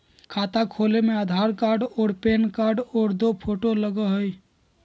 खाता खोले में आधार कार्ड और पेन कार्ड और दो फोटो लगहई?